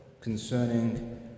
concerning